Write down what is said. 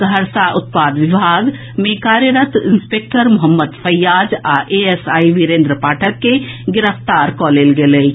सहरसा उत्पाद विभाग मे कार्यरत इंस्पेक्टर मोहम्मद फैयाज आ एएसआई वीरेन्द्र पाठक के गिरफ्तार कऽ लेल गेल अछि